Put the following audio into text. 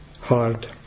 hard